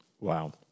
Wow